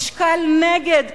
משקל-נגד קטן,